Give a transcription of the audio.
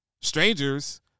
strangers